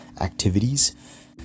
activities